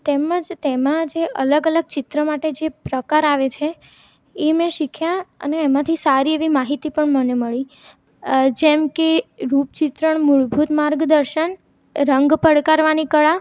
તેમજ તેમાં જે અલગ અલગ ચિત્ર માટે જે પ્રકાર આવે છે એ મેં શીખ્યા અને એમાંથી સારી એવી માહિતી પણ મને મળી અ જેમ કે રૂપચિત્રણ મૂળભૂત માર્ગદર્શન રંગ પડકારવાની કળા